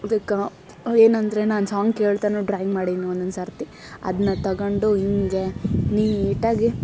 ಅದಕ್ಕೆ ಏನಂದರೆ ನಾನು ಸಾಂಗ್ ಕೇಳ್ತನೆ ಡ್ರಾಯಿಂಗ್ ಮಾಡೀನಿ ಒನ್ನೊಂದು ಸರ್ತಿ ಅದನ್ನ ತಗಂಡು ಹಿಂಗೆ ನೀಟಾಗಿ